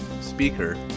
speaker